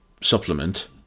supplement